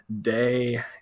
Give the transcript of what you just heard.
day